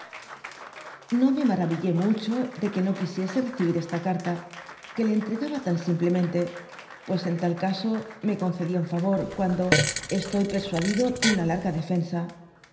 no me maravillé mucho de que no quisiese recibir esta carta que le entregaba tan simplemente pues en tal caso me concedía un favor cuando estoy persuadido de una larga defensa